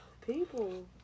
People